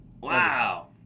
Wow